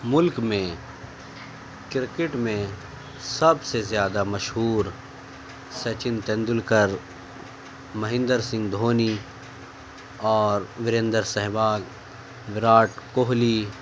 ملک میں کرکٹ میں سب سے زیادہ مشہور سچن تیندولکر مہیندر سنگھ دھونی اور وریندر سہواگ وراٹ کوہلی